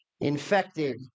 infected